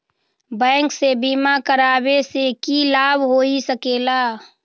Bank से बिमा करावे से की लाभ होई सकेला?